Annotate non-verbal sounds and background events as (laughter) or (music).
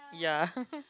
ya (laughs)